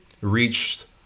reached